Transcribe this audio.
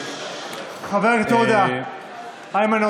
דיון מקצועי.